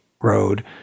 Road